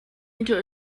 into